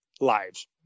lives